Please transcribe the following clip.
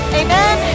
amen